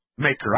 Maker